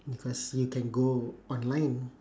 because you can go online